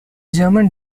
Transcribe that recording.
german